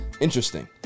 Interesting